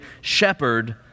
shepherd